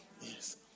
Yes